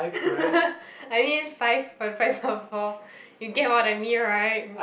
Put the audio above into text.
i mean five for the price of four you get what I mean right